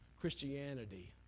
Christianity